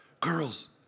Girls